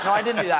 i didn't do that.